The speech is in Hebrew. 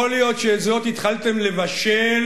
יכול להיות שאת זאת התחלתם לבשל.